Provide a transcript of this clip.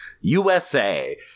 USA